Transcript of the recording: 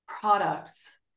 products